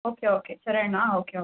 okay okay Charana okay okay